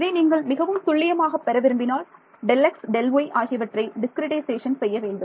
இதை நீங்கள் மிகவும் துல்லியமாக பெற விரும்பினால் Δx Δy ஆகியவற்றை டிஸ்கிரிட்டைசேஷன் செய்ய வேண்டும்